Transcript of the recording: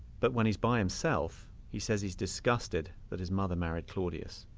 but, when he's by himself, he says he's disgusted that his mother married claudius.